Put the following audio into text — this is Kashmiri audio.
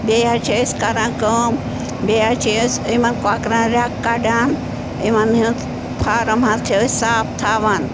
بیٚیہِ حظ چھِ أسۍ کران کٲم بیٚیہِ حظ چھِ أسۍ یِمَن کۄکرَن رٮ۪کہٕ کَڑان یِمَن ہِنٛز فارَم حظ چھِ أسۍ صاف تھاوان